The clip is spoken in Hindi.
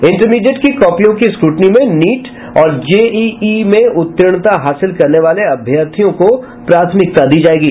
इंटरमीडिएट की कॉपियों की स्क्रूटनी में नीट और जेईई में उत्तीर्णता हासिल करने वाले अभ्यर्थियों को प्राथमिकता दी जायेगी